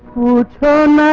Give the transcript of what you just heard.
will return.